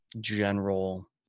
general